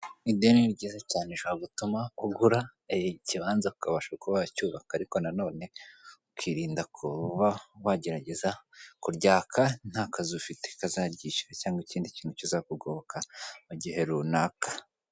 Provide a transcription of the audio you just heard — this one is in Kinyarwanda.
Ideni ni ryiza cyane bishobora gutuma ugura ikibanza ukakabasha kuba wacyubaka, ariko na none ukirinda kuba wagerageza kuryaka nta kazi ufite ukazaryishyura, cyangwa ikindi kintu kizakugoboka mu gihe runaka.